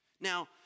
Now